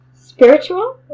spiritual